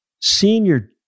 senior